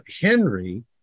Henry